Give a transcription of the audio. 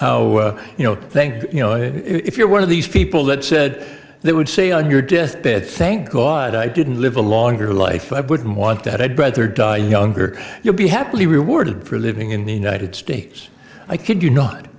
how you know thank you know if you're one of these people that said they would say on your deathbed thank god i didn't live a longer life i wouldn't want that i'd rather die younger you'll be happily rewarded for living in the united states i kid you not